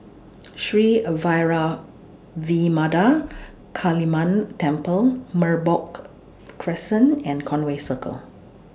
Sri Vairavimada Kaliamman Temple Merbok Crescent and Conway Circle